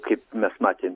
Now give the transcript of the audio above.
kaip mes matėm